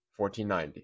1490